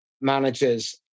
managers